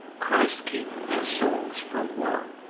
christ keep their souls from woe,